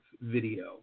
video